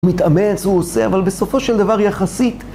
מתאמץ, הוא עושה, אבל בסופו של דבר יחסית